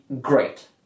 great